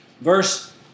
Verse